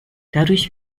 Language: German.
dadurch